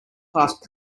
past